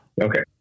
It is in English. Okay